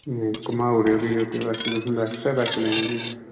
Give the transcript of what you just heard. घुमाऊ ओड़ेयो फ्ही ओह्दे वास्तै तुसें ऐक्स्ट्रा पैसे लैने फ्ही